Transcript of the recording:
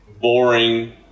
boring